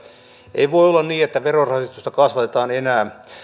ei voi olla niin että verorasitusta kasvatetaan enää